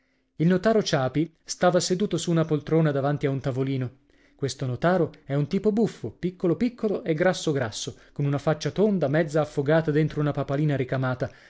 il notaro ciapi stava seduto su una poltrona davanti a un tavolino questo notaro è un tipo buffo piccolo piccolo e grasso grasso con una faccia tonda mezza affogata dentro una papalina ricamata